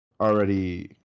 Already